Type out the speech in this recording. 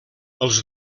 els